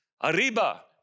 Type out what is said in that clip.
arriba